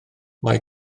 mae